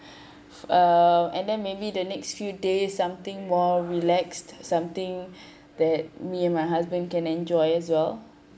uh and then maybe the next few days something more relaxed something that me and my husband can enjoy as well